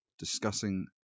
discussing